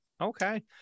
okay